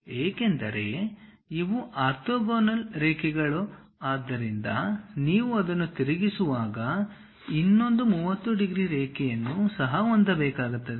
ಏಕೆಂದರೆ ಇವು ಆರ್ಥೋಗೋನಲ್ ರೇಖೆಗಳು ಆದ್ದರಿಂದ ನೀವು ಅದನ್ನು ತಿರುಗಿಸುವಾಗ ಇನ್ನೊಂದು 30 ಡಿಗ್ರಿ ರೇಖೆಯನ್ನು ಸಹ ಹೊಂದಬೇಕಾಗುತ್ತದೆ